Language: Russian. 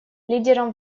лидером